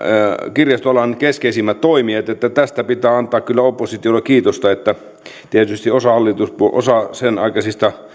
kirjastoalan keskeisimmät toimijat niin että tästä pitää antaa kyllä oppositiolle kiitosta tietysti osa sen aikaisista